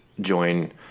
join